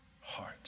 heart